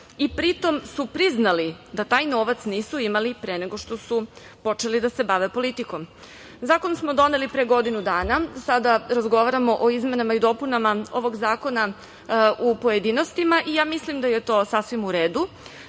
i pri tom su priznali da taj novac nisu imali pre nego što su počeli da se bave politikom. Zakon smo doneli pre godinu dana, sada razgovaramo o izmenama i dopunama ovog zakona u pojedinostima i ja mislim da je to sasvim u redu.